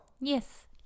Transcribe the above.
Yes